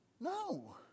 No